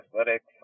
athletics